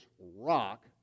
rock